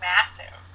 massive